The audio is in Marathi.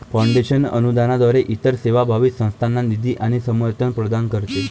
फाउंडेशन अनुदानाद्वारे इतर सेवाभावी संस्थांना निधी आणि समर्थन प्रदान करते